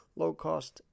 low-cost